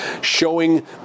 showing